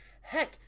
Heck